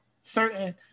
Certain